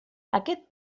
aquest